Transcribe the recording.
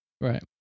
Right